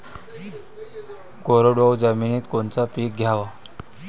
कोरडवाहू जमिनीत कोनचं पीक घ्याव?